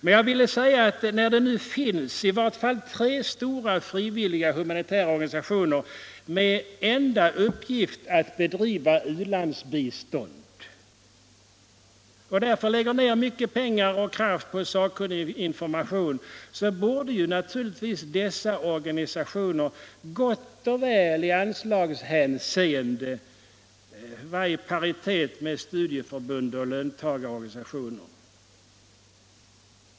Men jag vill säga att när det nu finns i varje fall tre stora frivilliga humanitära organisationer som har som enda uppgift att bedriva u-landsbistånd och som därför lägger ner mycket pengar och kraft på sakkunnig information, så borde naturligtvis dessa organisationer gott och väl i anslagshänseende vara i paritet med studieförbund och löntagarorganisationer.